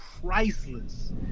priceless